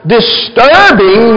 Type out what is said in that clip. disturbing